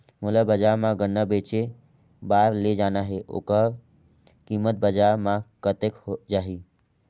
मोला बजार मां गन्ना बेचे बार ले जाना हे ओकर कीमत बजार मां कतेक जाही?